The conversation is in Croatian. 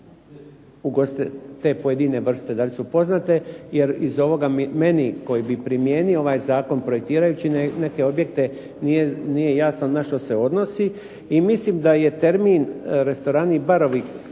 vrste te pojedine vrste, da li su poznate? Jer iz ovoga meni koji bi primijenio ovaj zakon projektirajući neke objekte nije jasno na što se odnosi. I mislim da je termin restorani i barovi,